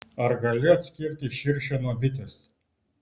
ar gali atskirti širšę nuo bitės